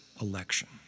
election